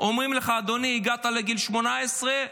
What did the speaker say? אומרים: אדוני, הגעת לגיל 18,